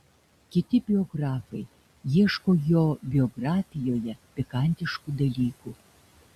kiti biografai ieško jo biografijoje pikantiškų dalykų